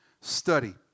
study